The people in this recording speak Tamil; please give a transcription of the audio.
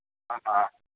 ஆ ஆ